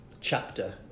chapter